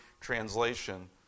translation